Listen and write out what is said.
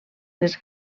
les